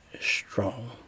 strong